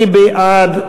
מי בעד?